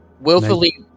willfully